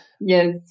Yes